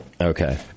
Okay